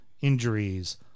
injuries